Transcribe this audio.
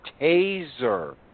taser